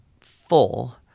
full